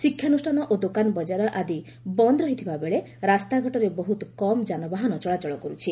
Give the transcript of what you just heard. ଶିକ୍ଷାନୁଷ୍ଠାନ ଓ ଦୋକାନ ବଜାର ଆଦି ବନ୍ଦ ରହିଥିବା ବେଳେ ରାସ୍ତାଘାଟରେ ବହୁତ କମ୍ ଯାନବାହାନ ଚଳାଚଳ କରୁଛି